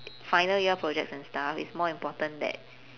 final year projects and stuff it's more important that